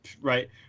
right